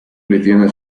cristiana